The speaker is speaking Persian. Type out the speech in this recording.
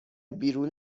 بیرون